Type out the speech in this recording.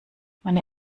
meine